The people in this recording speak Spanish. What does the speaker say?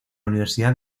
universidad